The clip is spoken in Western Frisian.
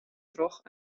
troch